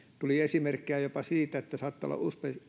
tuli esimerkkejä jopa siitä että saattaa olla